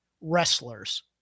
wrestlers